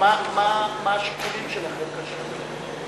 השיקולים שלכם כאשר אתם,